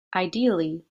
ideally